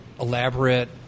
elaborate